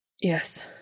Yes